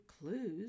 clues